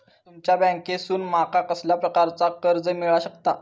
तुमच्या बँकेसून माका कसल्या प्रकारचा कर्ज मिला शकता?